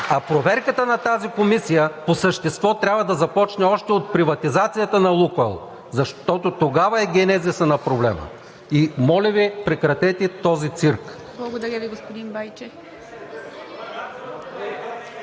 А проверката на тази комисия по същество трябва да започне още от приватизацията на „Лукойл“, защото тогава е генезисът на проблема. Моля Ви, прекратете този цирк! (Ръкопляскания от